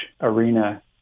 Arena